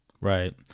Right